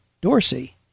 Dorsey